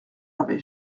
hervé